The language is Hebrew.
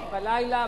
בלילה,